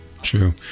true